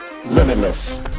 Limitless